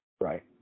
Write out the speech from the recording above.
Right